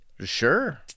Sure